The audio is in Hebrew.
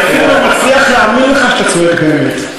אני אפילו לא מצליח להאמין לך שאתה צועק באמת.